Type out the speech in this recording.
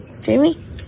Jamie